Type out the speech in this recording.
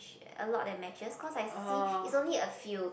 a lot that matches cause I see it's only a few